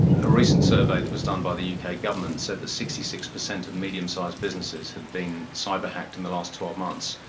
a recent survey that was done by the uk government said that sixty six percent of medium-sized businesses had been cyber hacked in the last twelve months.